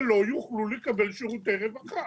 שלא יוכלו לקבל שירותי רווחה.